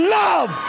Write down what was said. love